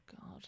God